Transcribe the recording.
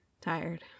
tired